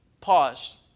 paused